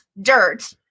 dirt